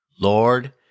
Lord